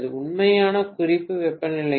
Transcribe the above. உண்மையான குறிப்பு வெப்பநிலையுடன்